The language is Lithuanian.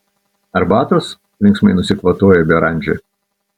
arbatos linksmai nusikvatojo beranžė